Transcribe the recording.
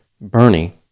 Bernie